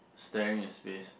staring in space